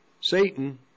Satan